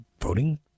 voting